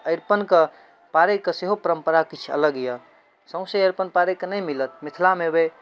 अरिपनके पारैके सेहो परम्परा किछु अलग यऽ सौँसे अरिपन पारैके नहि मिलत मिथिलामे अयबै